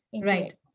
right